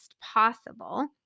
possible